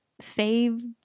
save